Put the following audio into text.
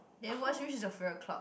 then what street is your favourite club